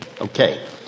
Okay